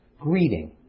greeting